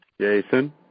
Jason